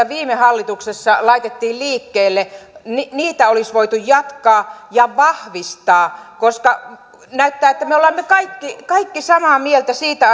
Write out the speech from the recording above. viime hallituksessa laitettiin liikkeelle olisi voitu jatkaa ja vahvistaa koska näyttää siltä että me olemme kaikki kaikki samaa mieltä siitä